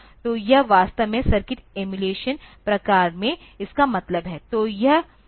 तो यह वास्तव में सर्किट एमुलेशन प्रकार में इसका मतलब है